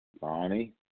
Bonnie